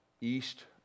east